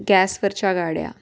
गॅसवरच्या गाड्या